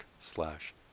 slash